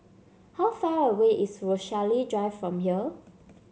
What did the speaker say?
how far away is Rochalie Drive from here